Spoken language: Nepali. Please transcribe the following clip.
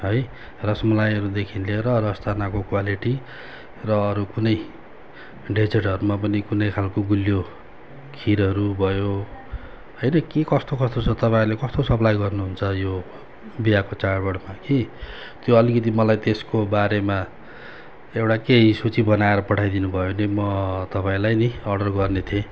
है रसमलाईहरूदेखि लिएर रसदानाको क्वालिटी र अरू कुनै डेजर्टहरूमा पनि कुनै खालको गुलियो खिरहरू भयो होइन के कस्तो कस्तो छ तपाईँहरूले कस्तो सप्लाइ गर्नुहुन्छ यो बिहाको चाडबाडमा कि त्यो अलिकति मलाई त्यसको बारेमा एउटा केही सूची बनाएर पठाइदिनुभयो भने म तपाईँलाई नि अर्डर गर्ने थिएँ